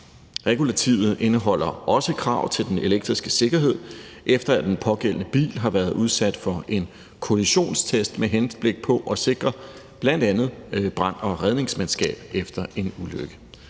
Regulativet indeholder også krav til den elektriske sikkerhed, efter at den pågældende bil har været udsat for en kollisionstest, med henblik på at sikre bl.a. brand- og redningsmandskab efter en ulykke.